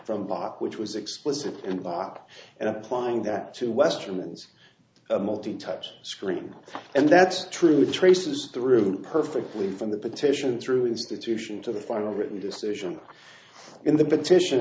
from bach which was explicit and bach and applying that to western ns a multi touch screen and that truth traces through perfectly from the petition through institution to the final written decision in the petition